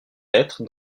lettre